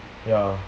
ya